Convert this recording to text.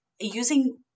using